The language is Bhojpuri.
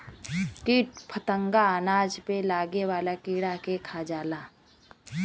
कीट फतंगा अनाज पे लागे वाला कीड़ा के खा जाला